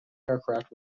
aircraft